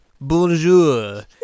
Bonjour